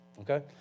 okay